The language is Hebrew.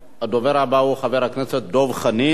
הדובר הבא הוא חבר הכנסת דב חנין.